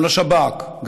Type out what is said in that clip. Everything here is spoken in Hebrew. גם לשב"כ,